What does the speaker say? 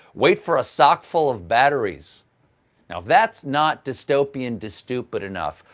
wait for a sock full of batteries. if that's not dystopian dystupid enough,